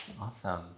Awesome